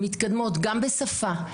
הן מתקדמות גם בשפה,